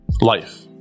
life